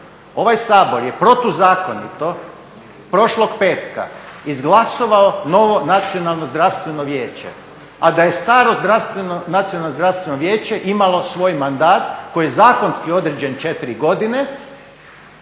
Ovaj Sabor je protuzakonito prošlog petka izglasovao novo Nacionalno zdravstveno vijeće a da je staro Nacionalno zdravstveno vijeće imalo svoj mandat koji je zakonski određen 4 godine,